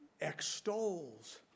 extols